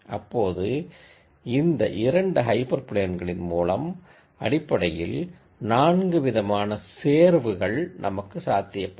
இப்போது இந்த இரண்டு ஹைப்பர் பிளேன்களின் மூலம் அடிப்படையில் 4 விதமான சேர்வுகள் நமக்கு சாத்தியப்படும்